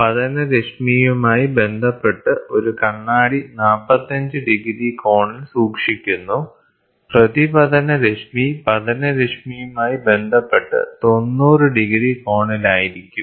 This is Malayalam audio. പതനരശ്മിയുമായി ബന്ധപ്പെട്ട് ഒരു കണ്ണാടി 45 ഡിഗ്രി കോണിൽ സൂക്ഷിക്കുന്നു പ്രതിപതനരശ്മി പതനരശ്മിയുമായി ബന്ധപ്പെട്ട് 90 ഡിഗ്രി കോണിലായിരിക്കും